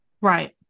right